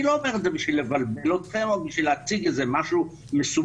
אני לא אומר את זה בשביל לבלבל אתכם או בשביל להציג איזה משהו מסובך,